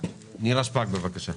נירה שפק, בבקשה.